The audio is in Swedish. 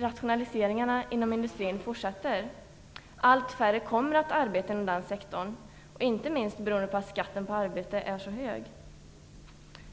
rationaliseringarna inom industrin fortsätter, allt färre kommer att arbeta inom den sektorn, inte minst beroende på att skatten på arbete är så hög.